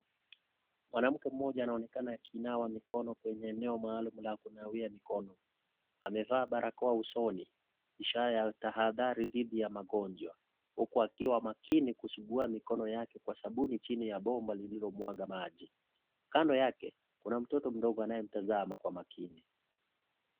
Mwanamke mmoja anaonekana akinawa mikono kwenye eneo maalum la kunawia mkono , amevaa barakoa usoni , ishara ya tahadhali dhidi ya magonjwa huku akiwa maakini kusugua mikono yake kwa sabuni chini ya bomba lililomwaga maji , kando yake kuna mtoto mdogo anayemtazama kwa maakini.